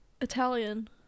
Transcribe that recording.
italian